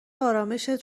آرامِشت